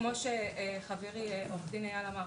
אז כמו שחברי אייל אמר